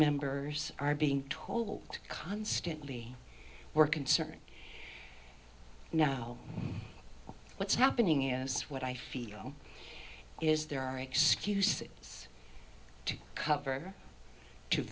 members are being told constantly we're concerned now what's happening is what i feel is there are excuses to cover to